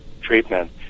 treatment